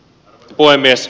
puhemies